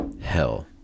hell